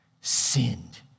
sinned